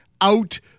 out